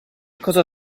cosa